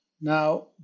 Now